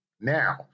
Now